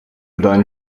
deinen